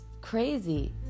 crazy